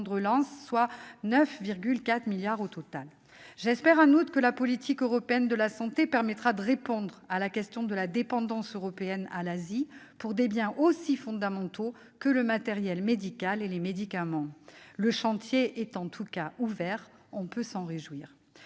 soit 9,4 milliards d'euros au total. J'espère, en outre, que la politique européenne de la santé permettra de répondre à la question de la dépendance européenne à l'égard de l'Asie pour des biens aussi fondamentaux que le matériel médical et les médicaments. Le chantier est en tout cas ouvert ; on peut s'en réjouir.